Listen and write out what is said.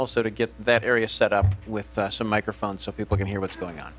also to get that area set up with some microphone so people can hear what's going on